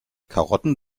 karotten